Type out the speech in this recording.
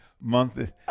month